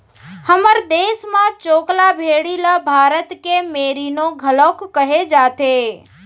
हमर देस म चोकला भेड़ी ल भारत के मेरीनो घलौक कहे जाथे